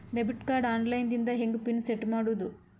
Debit card online ದಿಂದ ಹೆಂಗ್ pin set ಮಾಡೋದು?